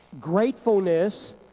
Gratefulness